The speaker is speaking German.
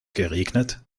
geregnet